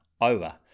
Over